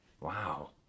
Wow